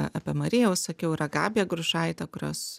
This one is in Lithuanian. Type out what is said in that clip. apie mariją jau sakiau yra gabija grušaitė kurios